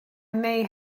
may